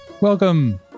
Welcome